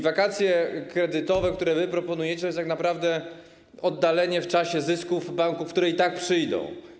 Wakacje kredytowe, które proponujecie, to jest tak naprawdę oddalenie w czasie zysków banków, które i tak przyjdą.